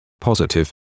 positive